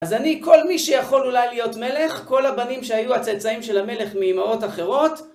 אז אני, כל מי שיכול אולי להיות מלך, כל הבנים שהיו הצאצאים של המלך מאמהות אחרות,